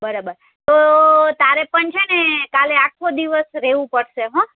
બરાબર તો તારે પણ છે ને કાલે આખો દિવસ રહેવું પડશે હો